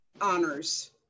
honors